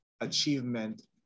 achievement